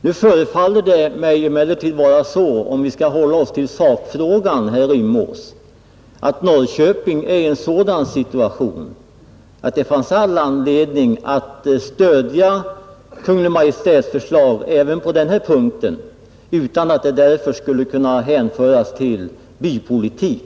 Nu förefaller det mig emellertid vara så — om vi skall hålla oss till sakfrågan, herr Rimås — att Norrköping är i en sådan situation att det fanns all anledning att stödja Kungl. Maj:ts förslag även på den här punkten, utan att det därför skulle kunna hänföras till bypolitik.